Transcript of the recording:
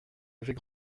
avait